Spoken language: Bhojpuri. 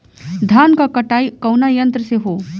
धान क कटाई कउना यंत्र से हो?